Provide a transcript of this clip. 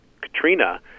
Katrina